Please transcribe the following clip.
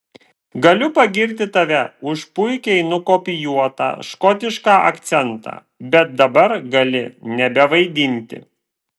galiu pagirti tave už puikiai nukopijuotą škotišką akcentą bet dabar gali nebevaidinti